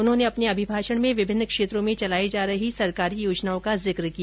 उन्होंने अपने अभिभाषण में विभिन्न क्षेत्रों में चलाई जा रही सरकारी योजनाओं का जिक भी किया